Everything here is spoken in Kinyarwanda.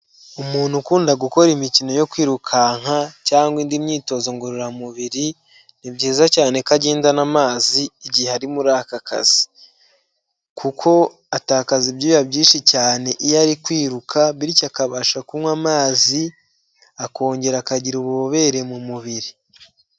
Umuntu ukunda gukora imikino yo kwirukanka cyangwa indi myitozo ngororamubiri ni byiza cyane ko agendaana amazi igihe ari muri aka kazi, kuko atakaza ibyuya byinshi cyane iyo ari kwiruka bityo akabasha kunywa amazi akongera akagira ububobere mu mubiri.